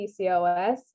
PCOS